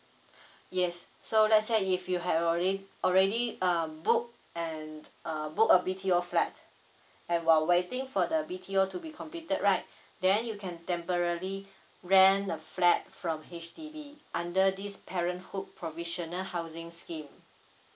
yes so let's say if you have already already um booked and uh booked a B_T_O flat and while waiting for the B_T_O to be completed right then you can temporary ran a flat from H_D_B under this parenthood provisional housing scheme